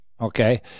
Okay